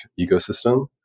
ecosystem